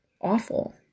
awful